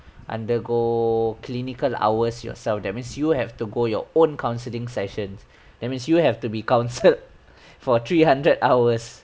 undergo clinical hours yourself that means you have to go your own counselling sessions that means you have to be counselled for three hundred hours